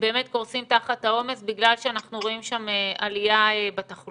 הם באמת קורסים תחת העומס בגלל שאנחנו רואים שם עלייה בתחלואה,